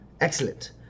Excellent